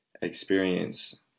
experience